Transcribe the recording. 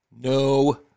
No